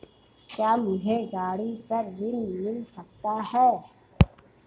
क्या मुझे गाड़ी पर ऋण मिल सकता है?